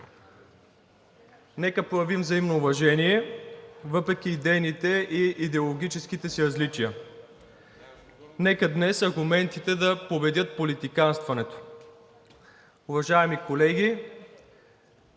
Нека проявим взаимно уважение въпреки идейните и идеологическите си различия, нека днес аргументите да победят политиканстването. Уважаеми колеги,